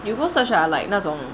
you go search ah like 那种